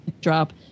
drop